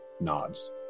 nods